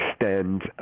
extend